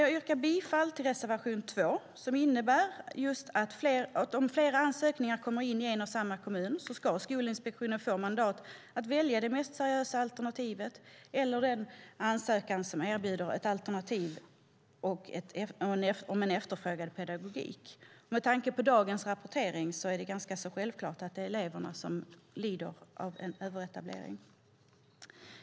Jag yrkar bifall till reservation 2, som innebär att om flera ansökningar kommer in i en och samma kommun ska Skolinspektionen få mandat att välja det mest seriösa alternativet eller den ansökan som erbjuder en alternativ och efterfrågad pedagogik. Med tanke på dagens rapportering är det ganska självklart att det är eleverna som lider av en överetablering.